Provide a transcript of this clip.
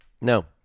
No